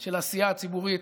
של העשייה הציבורית,